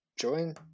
Join